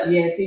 Yes